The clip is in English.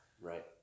Right